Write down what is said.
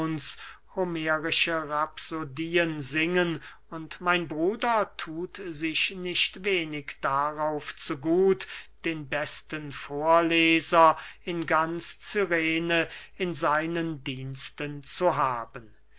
rhapsodien singen und mein bruder thut sich nicht wenig darauf zu gut den besten vorleser in ganz cyrene in seinen diensten zu haben